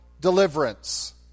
deliverance